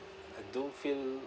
I don't feel